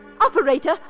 Operator